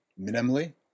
minimally